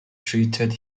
treated